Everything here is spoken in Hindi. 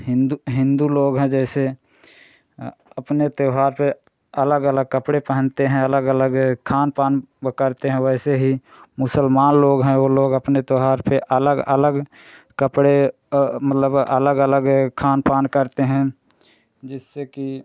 हिन्दू हिन्दू लोग हैं जैसे अपने त्यौहार पर अलग अलग कपड़े पहनते हैं अलग अलग खान पान वे करते हैं वैसे ही मुसलमान लोग हैं वे लोग अपने त्यौहार पर अलग अलग कपड़े मतलब अलग अलग खान पान करते हैं जिससे कि